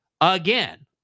again